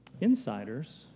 Insiders